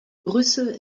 brüssel